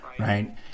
right